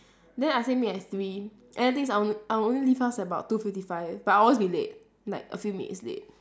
then I say meet at three and the thing is I'll I'll only leave house at about two fifty five but I'll always be late like a few minutes late